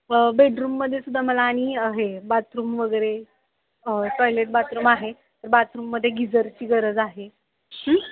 बेडरूममदेसुद्धा मला आणि आहे बाथरूम वगैरे टॉयलेट बाथरूम आहे बाथरूममध्ये गिजरची गरज आहे